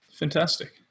Fantastic